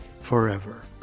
forever